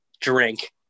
drink